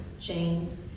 Jane